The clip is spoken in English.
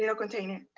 you know container.